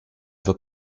vas